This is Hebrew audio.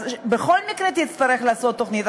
בכל מקרה תצטרך לעשות תוכנית.